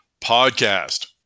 podcast